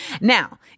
Now